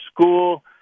school